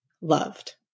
loved